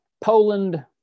Poland